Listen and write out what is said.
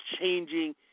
changing